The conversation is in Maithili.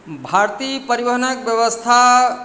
भारतीय परिवहनक व्यवस्था